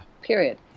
Period